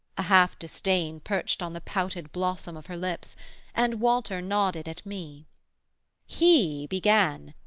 a half-disdain perched on the pouted blossom of her lips and walter nodded at me he began,